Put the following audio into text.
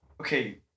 Okay